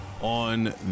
on